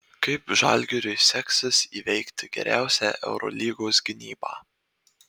kaip žalgiriui seksis įveikti geriausią eurolygos gynybą